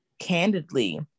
candidly